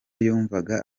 yumvaga